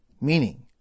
Meaning